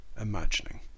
imagining